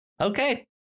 okay